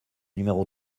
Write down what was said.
numéro